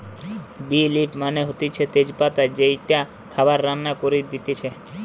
বে লিফ মানে হতিছে তেজ পাতা যেইটা খাবার রান্না করে দিতেছে